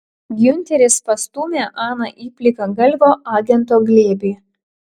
giunteris pastūmė aną į plikagalvio agento glėbį